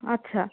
আচ্ছা